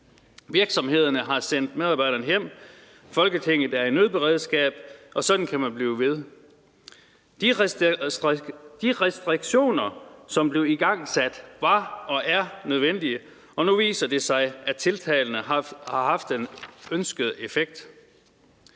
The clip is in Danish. Virksomhederne har sendt medarbejderne hjem, Folketinget er i nødberedskab, og sådan kan man blive ved. De restriktioner, som blev igangsat var og er nødvendige, og nu viser det sig, at tiltagene har haft den ønskede effekt.